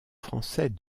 français